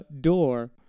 door